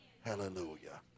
Hallelujah